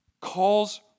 calls